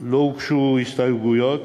לא הוגשו הסתייגויות,